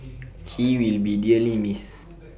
he will be dearly missed